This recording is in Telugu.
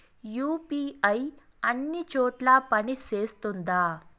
యు.పి.ఐ అన్ని చోట్ల పని సేస్తుందా?